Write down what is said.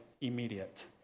immediate